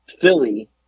Philly